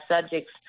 subjects